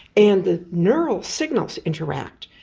and the neural signals interact,